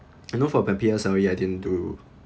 you know for P_P_S sorry I didn't do